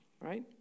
Right